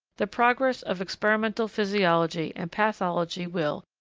the progress of experimental physiology and pathology will,